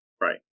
Right